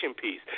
piece